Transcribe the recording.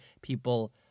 people